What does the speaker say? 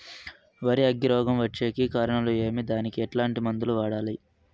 వరి అగ్గి రోగం వచ్చేకి కారణాలు ఏమి దానికి ఎట్లాంటి మందులు వాడాలి?